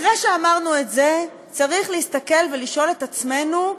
אחרי שאמרנו את זה, צריך להסתכל ולשאול את עצמנו,